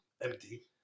empty